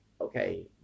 okay